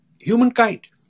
humankind